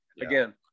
Again